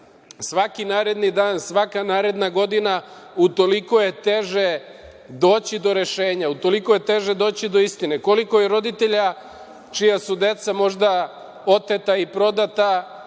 svaki naredni dan, svaka naredna godina utoliko je teže doći do rešenja, utoliko je teže doći do istine. Koliko je roditelja čija su deca možda oteta i prodata,